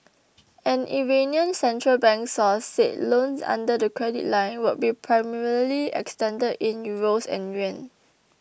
an Iranian central bank source said loans under the credit line would be primarily extended in euros and yuan